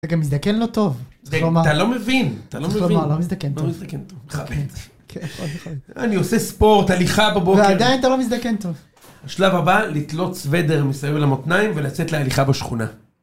אתה גם מזדקן לא טוב, זאת אומרת. אתה לא מבין, אתה לא מבין. לא מזדקן טוב. לא מזדקן טוב, כן, אני עושה ספורט, הליכה בבוקר. ועדיין אתה לא מזדקן טוב. השלב הבא, לתלות סוודר מסער למתניים ולצאת להליכה בשכונה.